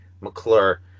McClure